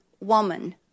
woman